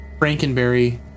Frankenberry